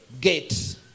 gate